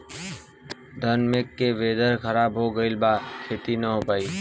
घन मेघ से वेदर ख़राब हो गइल बा खेती न हो पाई